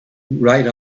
right